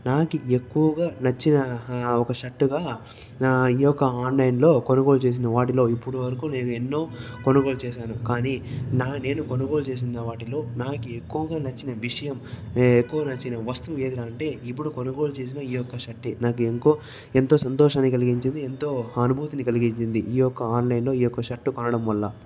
నాకు ఎక్కువగా నచ్చిన ఒక షర్టు గా ఈ యొక్క ఆన్లైన్ లో కొనుగోలు చేసిన వాటిలో ఇప్పడువరకు నేను ఎన్నో కొనుగోలు చేశాను కానీ నా నేను కొనుగోలు చేసిన వాటిల్లో నాకు ఎక్కువగా నచ్చిన విషయం ఎక్కువ నచ్చిన వస్తువు ఏదిరా అంటే ఇప్పుడు కొనుగోలు చేసిన ఈ యొక్క షర్టే నాకు ఇంకో ఎంతో సంతోషాన్ని కలిగించింది ఎంతో అనుభూతిని కలిగించింది ఈ యొక్క ఆన్లైన్ లో ఈ యొక్క షర్టు కొనడం వల్ల